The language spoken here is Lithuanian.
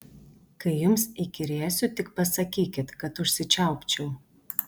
kai jums įkyrėsiu tik pasakykit kad užsičiaupčiau